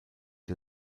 der